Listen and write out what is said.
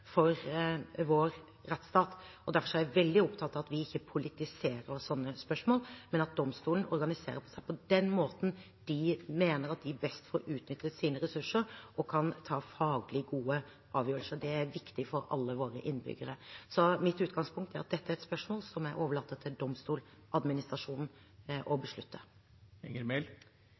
for vår rettsstat. Derfor er jeg veldig opptatt av at vi ikke politiserer slike spørsmål, men at domstolene organiserer seg på den måten de mener at de best får utnyttet sine ressurser og kan ta faglig gode avgjørelser. Det er viktig for alle våre innbyggere. Så mitt utgangspunkt er at dette er et spørsmål der jeg overlater til Domstoladministrasjonen å beslutte.